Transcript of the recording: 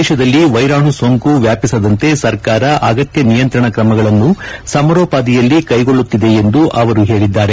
ದೇಶದಲ್ಲಿ ವೈರಾಣು ಸೋಂಕು ಹೆಚ್ಚು ವ್ಯಾಪಿಸದಂತೆ ಸರ್ಕಾರ ಅಗತ್ನ ನಿಯಂತ್ರಣ ಕ್ರಮಗಳನ್ನು ಸಮಾರೋಪಾದಿಯಲ್ಲಿ ಕೈಗೊಳ್ಳುತ್ತಿದೆ ಎಂದು ಅವರು ಹೇಳಿದ್ದಾರೆ